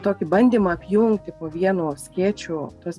tokį bandymą apjungti po vienu skėčiu tuos